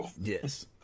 Yes